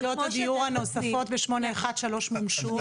יחידות הדיור הנוספות ו-813 מומשו.